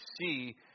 see